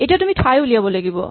এতিয়া তুমি ঠাই উলিয়াব লাগিব